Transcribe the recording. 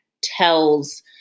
tells